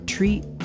Treat